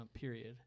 period